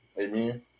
Amen